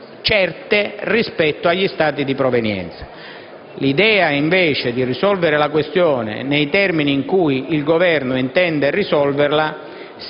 certe rispetto agli Stati di provenienza. L'idea invece di risolvere la questione nei termini prospettati dal Governo serve solo a